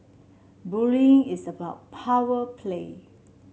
bullying is about power play